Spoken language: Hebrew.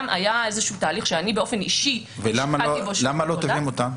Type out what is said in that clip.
היה איזה תהליך שאני באופן אישי השקעתי בו שעות עבודה.